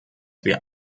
wir